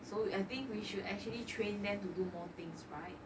so I think we should actually train them to do more things right